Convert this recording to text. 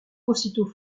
aussitôt